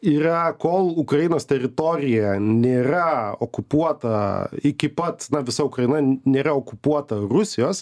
yra kol ukrainos teritorija nėra okupuota iki pat na visa ukraina nėra okupuota rusijos